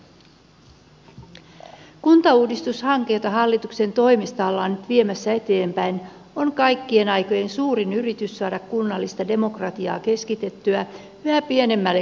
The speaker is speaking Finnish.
kuntauudistushanke jota hallituksen toimesta ollaan nyt viemässä eteenpäin on kaikkien aikojen suurin yritys saada kunnallista demokratiaa keskitettyä yhä pienemmälle kansalaispiirille